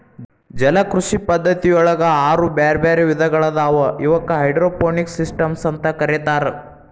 ಜಲಕೃಷಿ ಪದ್ಧತಿಯೊಳಗ ಆರು ಬ್ಯಾರ್ಬ್ಯಾರೇ ವಿಧಗಳಾದವು ಇವಕ್ಕ ಹೈಡ್ರೋಪೋನಿಕ್ಸ್ ಸಿಸ್ಟಮ್ಸ್ ಅಂತ ಕರೇತಾರ